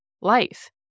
life